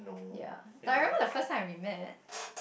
ya I remember the first time when we met